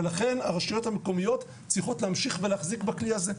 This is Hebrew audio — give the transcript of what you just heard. ולכן הרשויות המקומיות צריכות להמשיך ולהחזיק בכלי הזה.